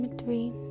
three